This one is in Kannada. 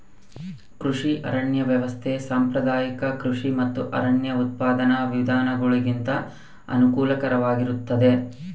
ಕೃಷಿ ಅರಣ್ಯ ವ್ಯವಸ್ಥೆ ಸಾಂಪ್ರದಾಯಿಕ ಕೃಷಿ ಮತ್ತು ಅರಣ್ಯ ಉತ್ಪಾದನಾ ವಿಧಾನಗುಳಿಗಿಂತ ಅನುಕೂಲಕರವಾಗಿರುತ್ತದ